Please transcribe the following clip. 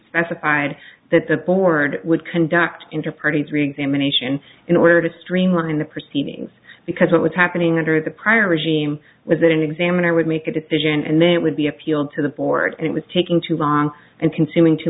had that the board would conduct interparty three examination in order to streamline the proceedings because what was happening under the prior regime was that an examiner would make a decision and then it would be appealed to the board and it was taking too long and consuming too